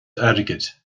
airgid